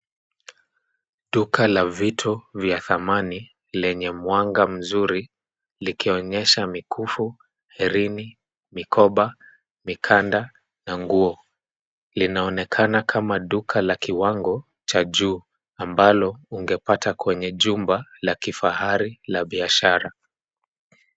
Duka la vitu vya thamani, lenye mwanga mzuri, likionyesha mikufu, herini, mikoba, mikanda na nguo. Linaonekana kama duka la kiwango cha juu ambalo ungepata kwenye jumba la kifahari la biashara.